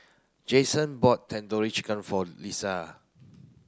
Jason bought Tandoori Chicken for Lia